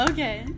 Okay